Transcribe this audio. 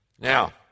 Now